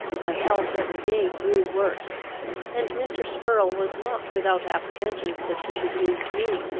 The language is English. my health every day grew worse and mr. spurrel was not without apprehensions that he should lose me,